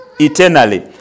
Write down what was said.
eternally